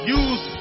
use